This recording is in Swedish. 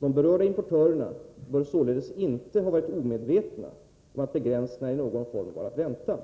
De berörda importörerna bör således inte ha varit Torsdagen den omedvetna om att begränsningar i någon form var att vänta.